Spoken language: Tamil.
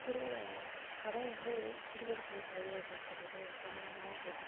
சிறு கதை வந்து சிறுவர்கள் கதையே அப்படின்னு சொல்லிவிட்டு கொஞ்ச கொஞ்சமாக போட்டுருப்பாங்க